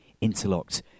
interlocked